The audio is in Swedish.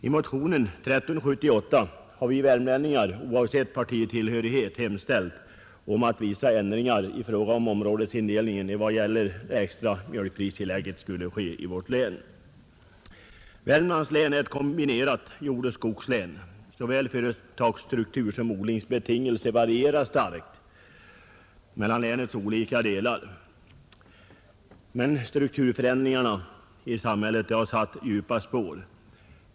I motionen 1378 har vi värmlänningar, oavsett partitillhörighet, hemställt om att vissa ändringar i fråga om områdesindelningen vad gäller det extra mjölkpristillägget skulle ske i vårt län. Värmlands län är ett kombinerat jordbruksoch skogslän. Såväl företagsstruktur som odlingsbetingelser varierar starkt mellan länets olika delar, men strukturförändringarna i samhället har satt djupa spår.